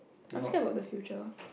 I'm scared about the future